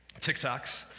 TikToks